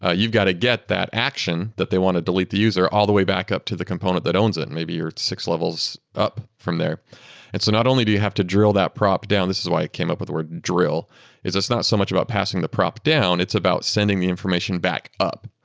ah you've got to get that action that they want to delete the user, all the way back up to the component that owns it. maybe you're six levels up from there not only do you have to drill that prop down, this is why i came up with word drill is it's not so much about passing the prop down, it's about sending the information back up.